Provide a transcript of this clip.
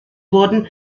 wurden